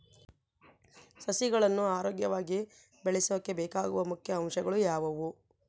ಸಸಿಗಳನ್ನು ಆರೋಗ್ಯವಾಗಿ ಬೆಳಸೊಕೆ ಬೇಕಾಗುವ ಮುಖ್ಯ ಅಂಶಗಳು ಯಾವವು?